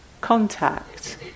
contact